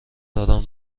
دارم